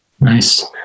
Nice